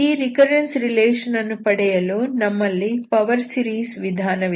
ಈ recurrence relation ಅನ್ನು ಪಡೆಯಲು ನಮ್ಮಲ್ಲಿ ಪವರ್ ಸೀರೀಸ್ ವಿಧಾನವಿದೆ